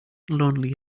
lonely